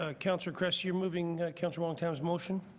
ah councillor cressy, you are moving councillor wong-tam's motion?